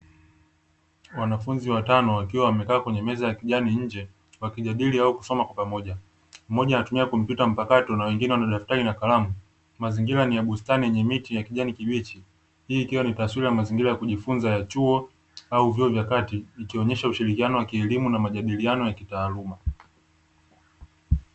Wanafunzi watano wakiwa wamekaa kwenye meza ya kijani nje, wakijadili au kusoma kwa pamoja. Mmoja anatumia kompyuta mpakato na wengine wana daftari na karamu, mazingira ni ya bustani yenye miti ya kijani kibichi. Hii ikiwa ni taswira ya kujifunzia ya chuo au vyuo vya kati, ikionesha ushirikiano wa kielimu na majadiliano ya kitaaluma.